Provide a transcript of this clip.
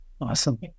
Awesome